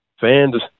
Fans